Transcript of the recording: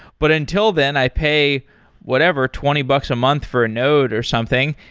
but until then i pay whatever, twenty bucks a month for a node or something,